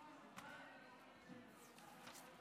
מאיר יצחק הלוי.